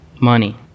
Money